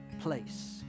place